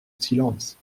silence